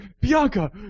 Bianca